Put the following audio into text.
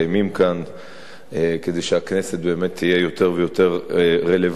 כאן כדי שהכנסת באמת תהיה יותר ויותר רלוונטית.